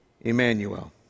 Emmanuel